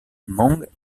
hmong